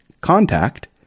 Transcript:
contact